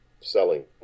selling